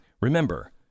Remember